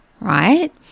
Right